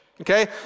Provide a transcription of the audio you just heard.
okay